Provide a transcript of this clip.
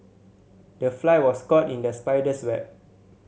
the fly was caught in the spider's web